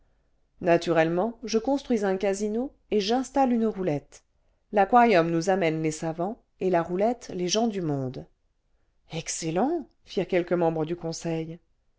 naturellement je construis un casino et j'installe une roulette l'aquarium nous amène les savants et la roulette les gens du monde excellent firent quelques membres du conseil